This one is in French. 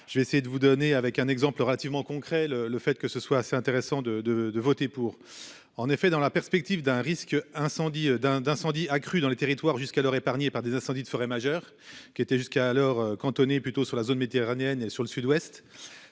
Je vais essayer de vous donner avec un exemple relativement concret le le fait que ce soit assez intéressant de de de voter pour. En effet, dans la perspective d'un risque incendie d'un d'incendies accrus dans les territoires jusqu'alors épargnée par des incendies de forêt majeur qui était jusqu'alors cantonné plutôt sur la zone méditerranéenne et sur le Sud-Ouest.